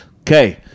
okay